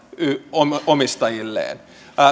omistajilleen